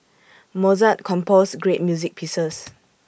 Mozart composed great music pieces